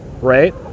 right